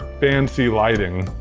fancy lighting.